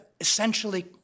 essentially